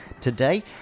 today